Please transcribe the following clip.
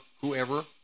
whoever